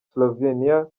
slovenia